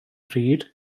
pryd